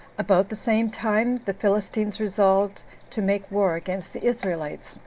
about the same time the philistines resolved to make war against the israelites,